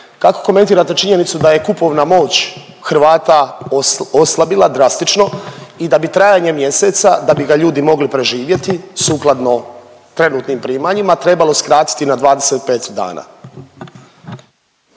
kako komentirate činjenicu da je kupovna moć Hrvata oslabila drastično i da bi trajanje mjeseca, da bi ga ljudi mogli preživjeti sukladno trenutnim primanjima trebalo skratiti na 25 dana?